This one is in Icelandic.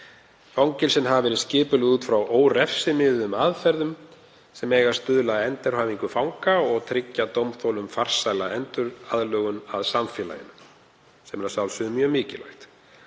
Fangelsin hafa verið skipulögð út frá órefsimiðuðum aðferðum sem eiga að stuðla að endurhæfingu fanga og tryggja dómþolum farsæla enduraðlögun að samfélaginu, sem er að sjálfsögðu mjög mikilvægt.